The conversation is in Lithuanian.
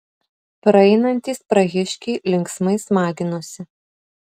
praeinantys prahiškiai linksmai smaginosi